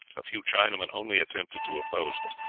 a few chinamen only attempted to oppose them.